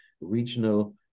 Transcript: regional